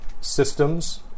systems